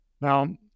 Now